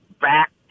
back